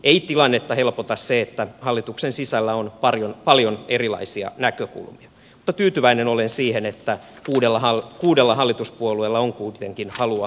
ei tilannetta helpota se että hallituksen sisällä on paljon erilaisia näkökulmia mutta tyytyväinen olen siihen että kuudella hallituspuolueella on kuitenkin halua kantaa vastuuta